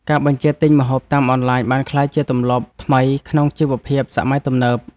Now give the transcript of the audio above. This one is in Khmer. ការបញ្ជាទិញម្ហូបតាមអនឡាញ បានក្លាយជាទម្លាប់ថ្មីក្នុងជីវភាពសម័យទំនើប។